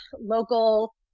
local